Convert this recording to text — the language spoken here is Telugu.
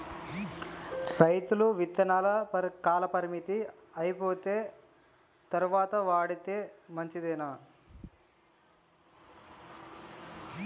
రైతులు విత్తనాల కాలపరిమితి అయిపోయిన తరువాత వాడితే మంచిదేనా?